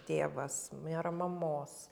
tėvas nėra mamos